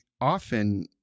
often